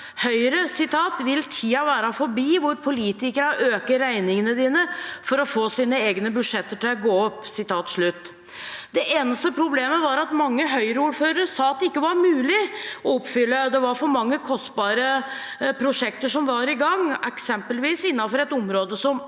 Høyre «vil tiden hvor politikerne økte dine regninger for å få sine egne budsjetter til å gå opp være forbi». Det eneste problemet var at mange Høyre-ordførere sa at det ikke var mulig å oppfylle. Det var for mange kostbare prosjekter som var i gang, eksempelvis innenfor et område som